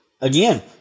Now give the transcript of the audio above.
Again